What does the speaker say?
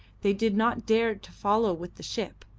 they did not dare to follow with the ship,